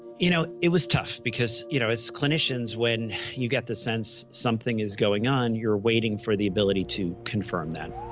you know, it was tough, because, you know, as clinicians, when you get the sense something is going on, you're waiting for the ability to confirm that.